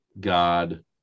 God